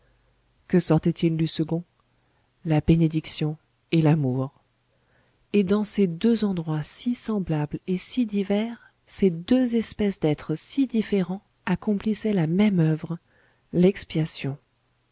que sortait-il du second la bénédiction et l'amour et dans ces deux endroits si semblables et si divers ces deux espèces d'êtres si différents accomplissaient la même oeuvre l'expiation